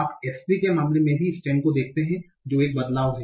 आप S 3 के मामले में भी स्टेम को देखते हैं जो एक बदलाव है